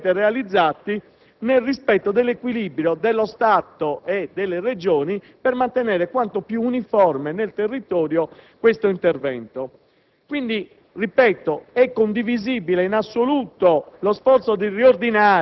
del Governo di fatto non perfettamente realizzati, l'equilibrio tra lo Stato e le Regioni e per mantenere quanto più uniforme nel territorio questo intervento.